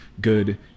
good